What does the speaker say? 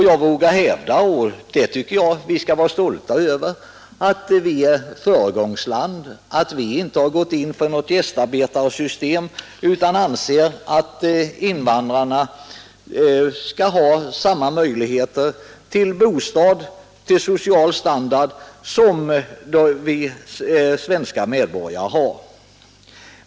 Jag vågar hävda — och det tycker jag vi skall vara stolta över — att vi är ett föregångsland. Vi har inte gått in för något gästarbetarsystem utan anser att invandrarna skall ha samma möjligheter till bostad och social standard som svenska medborgare har.